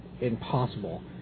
impossible